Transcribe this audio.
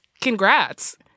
congrats